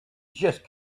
just